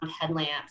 headlamps